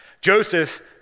Joseph